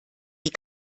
die